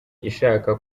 ishaka